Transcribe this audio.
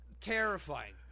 Terrifying